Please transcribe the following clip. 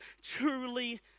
truly